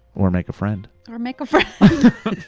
or make a friend. or make a friend